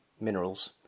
minerals